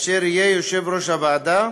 אשר יהיה יושב-ראש הוועדה,